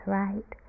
right